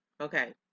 Okay